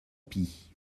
pis